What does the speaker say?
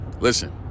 Listen